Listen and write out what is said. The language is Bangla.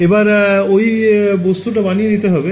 এবার ঐ বস্তুটা বানিয়ে নিতে হবে